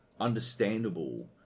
understandable